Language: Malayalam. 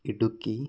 ഇടുക്കി